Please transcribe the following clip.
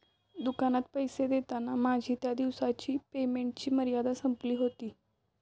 दुकानात पैसे देताना माझी त्या दिवसाची पेमेंटची मर्यादा संपली होती